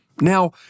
Now